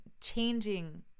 changing